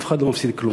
אף אחד לא מפסיד כלום.